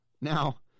now